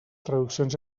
traduccions